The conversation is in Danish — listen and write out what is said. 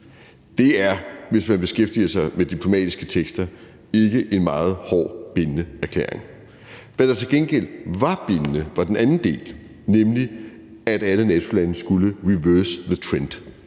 Det er, hvis man beskæftiger sig med diplomatiske tekster, ikke en meget hårdt bindende erklæring. Hvad der til gengæld var bindende, var den anden del, nemlig, at alle NATO-lande skulle »reverse the trend«,